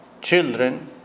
children